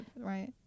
right